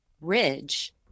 Ridge